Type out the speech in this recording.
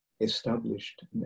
established